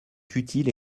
utiles